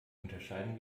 unterscheiden